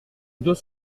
deux